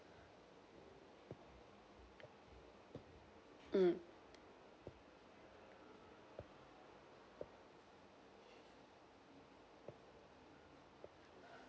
mm